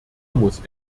muss